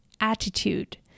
attitude